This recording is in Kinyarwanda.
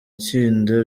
itsinda